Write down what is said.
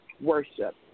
worship